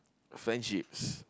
friendships